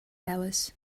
alice